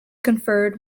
conferred